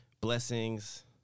Blessings –